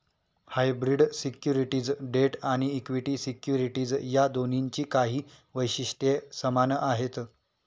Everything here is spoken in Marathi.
हायब्रीड सिक्युरिटीज डेट आणि इक्विटी सिक्युरिटीज या दोन्हींची काही वैशिष्ट्ये समान आहेत